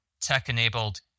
tech-enabled